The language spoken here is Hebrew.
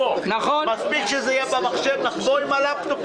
מי בעד ההודעה, ירים את ידו.